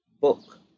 book